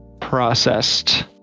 processed